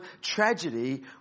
tragedy